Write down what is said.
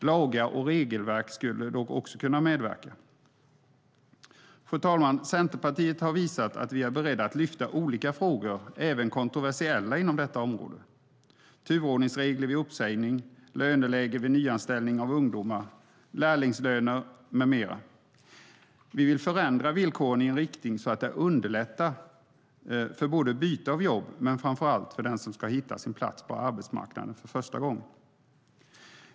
Lagar och regelverk skulle dock också kunna medverka. Fru talman! Vi i Centerpartiet har visat att vi är beredda att lyfta olika frågor, även kontroversiella, inom detta område: turordningsregler vid uppsägning, lönelägen vid nyanställning av ungdomar, lärlingslöner med mera. Vi vill förändra villkoren i en riktning så att det underlättar när det gäller byte av jobb men framför allt för den som ska hitta sin plats på arbetsmarknaden för första gången.